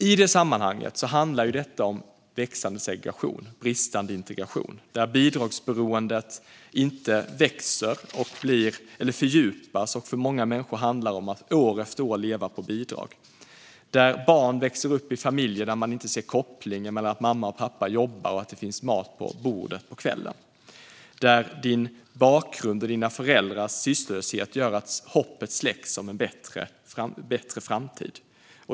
I det sammanhanget handlar detta om växande segregation och bristande integration, där bidragsberoendet fördjupas. För många människor handlar det om att år efter år leva på bidrag. Barn växer upp i familjer där man inte ser kopplingen mellan att mamma och pappa jobbar och att det finns mat på bordet på kvällen. Din bakgrund och dina föräldrars sysslolöshet gör att hoppet om en bättre framtid släcks.